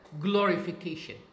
glorification